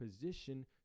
position